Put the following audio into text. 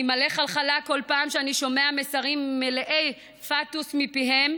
אני מלא חלחלה כל פעם שאני שומע מסרים מלאי פתוס מפיהם,